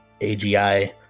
AGI